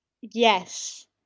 Yes